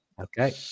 Okay